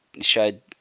showed